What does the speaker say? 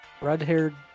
red-haired